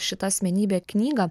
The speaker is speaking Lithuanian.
šita asmenybe knygą